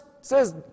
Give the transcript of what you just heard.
says